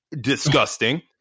disgusting